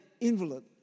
invalid